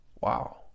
Wow